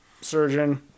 surgeon